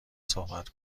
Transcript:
صحبت